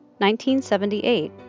1978